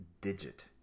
digit